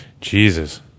Jesus